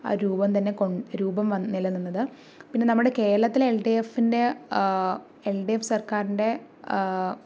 രൂപം തന്നെ കൊണ്ട രൂപം നിലനിന്നത് പിന്നെ നമ്മുടെ കേരളത്തിലെ എൽഡിഎഫിൻ്റെ എൽഡിഎഫ് സർക്കാരിൻ്റെ